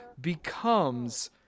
becomes